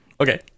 Okay